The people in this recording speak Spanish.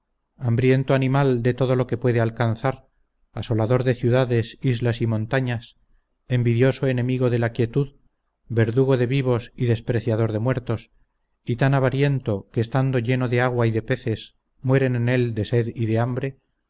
hambriento animal de todo lo que puede alcanzar asolador de ciudades islas y montañas envidioso enemigo de la quietud verdugo de vivos y despreciador de muertos y tan avariento que estando lleno de agua y de peces mueren en él de sed y de hambre